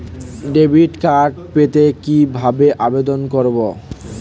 Debit card পেতে কি ভাবে আবেদন করব?